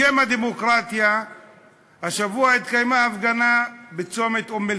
בשם הדמוקרטיה התקיימה השבוע הפגנה בצומת אום-אלפחם,